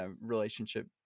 relationship